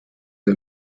der